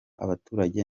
abaturage